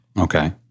Okay